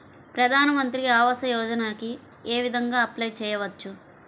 ప్రధాన మంత్రి ఆవాసయోజనకి ఏ విధంగా అప్లే చెయ్యవచ్చు?